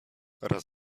raz